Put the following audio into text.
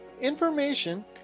information